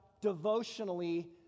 devotionally